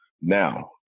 Now